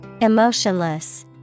Emotionless